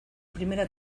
primera